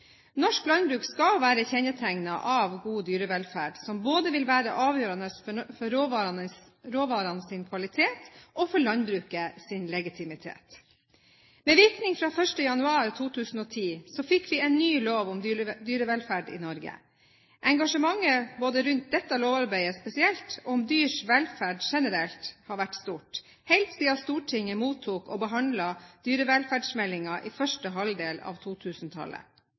Norsk landbruk skal være kjennetegnet av god dyrevelferd, noe som vil være avgjørende både for råvarenes kvalitet og landbrukets legitimitet. Med virkning fra 1. januar 2010 fikk vi en ny lov om dyrevelferd i Norge. Engasjementet rundt dette lovarbeidet spesielt og rundt dyrs velferd generelt har vært stort helt siden Stortinget mottok, og behandlet, dyrevelferdsmeldingen i første halvdel av